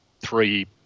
three